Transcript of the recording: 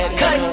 cut